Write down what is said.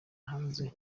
hanze